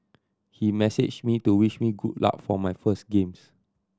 he messaged me to wish me good luck for my first games